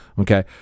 Okay